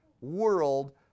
world